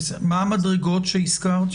מהן ארבע המדרגות שהזכרת?